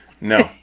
no